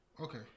Okay